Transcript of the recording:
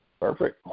Perfect